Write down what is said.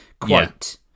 quote